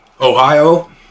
Ohio